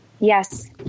Yes